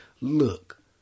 Look